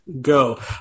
go